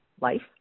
life